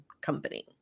company